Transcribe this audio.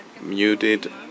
muted